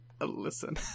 Listen